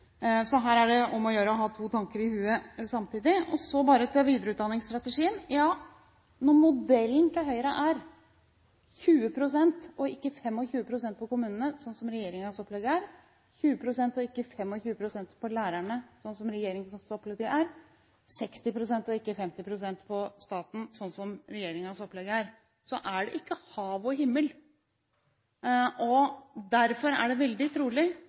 Så her er det om å gjøre å ha to tanker i hodet samtidig. Så til videreutdanningsstrategien: Ja, når modellen til Høyre er 20 pst., ikke 25 pst. på kommunene, sånn som regjeringens opplegg er, 20 pst., ikke 25 pst. på lærerne, sånn som regjeringens opplegg er, 60 pst., ikke 50 pst. på staten, sånn som regjeringens opplegg er, så er det ikke hav og himmel. Derfor er det veldig trolig